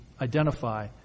identify